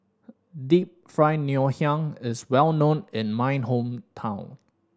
Deep Fried Ngoh Hiang is well known in my hometown